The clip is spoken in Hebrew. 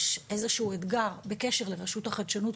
יש איזה שהוא אתגר בקשר לרשות לחדשנות,